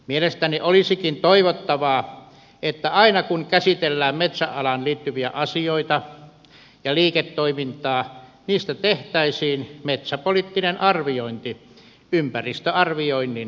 mielestäni olisikin toivottavaa että aina kun käsitellään metsäalaan liittyviä asioita ja liiketoimintaa niistä tehtäisiin metsäpoliittinen arviointi ympäristöarvioinnin tapaan